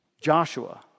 Joshua